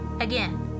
Again